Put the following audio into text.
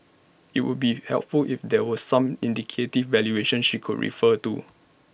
IT would be helpful if there were some indicative valuation she could refer to